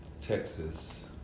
Texas